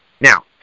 Now